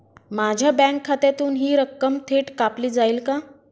माझ्या बँक खात्यातून हि रक्कम थेट कापली जाईल का?